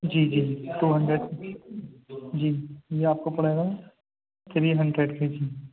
جی جی two hundred جی یہ آپ کو پڑے گا تھری ہینڈریڈ کے جی